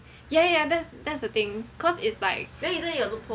ya ya ya that is the thing cause is like